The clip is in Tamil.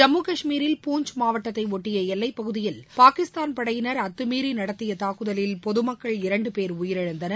ஜம்மு காஷ்மீரில் பூஞ்ச் மாவட்டத்தை ஒட்டிய எல்லைப் பகுதியில் பாகிஸ்தான் படையினர் அத்தமீறி நடத்திய தாக்குதலில் பொதுமக்கள் இரண்டு பேர் உயிரிழந்தனர்